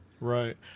Right